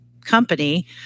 company